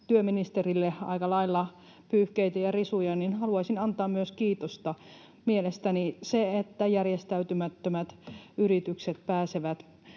työministerille aika lailla pyyhkeitä ja risuja, niin haluaisin antaa myös kiitosta. Mielestäni se, että järjestäytymättömät yritykset pääsevät